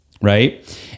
right